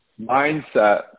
mindset